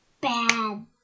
Bad